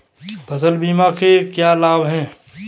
फसल बीमा के क्या लाभ हैं?